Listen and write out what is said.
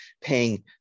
paying